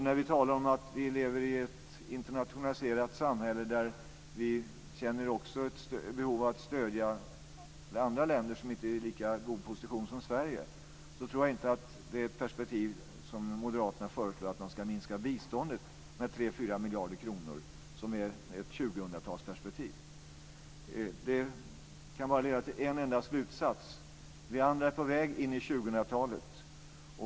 När vi talar om att vi lever i ett internationaliserat samhälle där vi också känner ett behov av att stödja andra länder som inte är i lika god position som Sverige tror jag inte att det som moderaterna föreslår, nämligen att man ska minska biståndet med 3-4 miljarder kronor, är ett 2000-talsperspektiv. Det här kan bara leda till en enda slutsats. Vi andra är på väg in i 2000-talet.